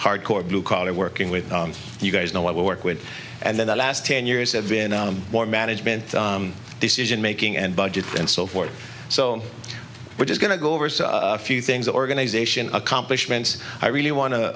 hard core blue collar working with you guys know what we work with and then the last ten years have been more management decision making and budget and so forth so we're just going to go over a few things organization accomplishments i really wan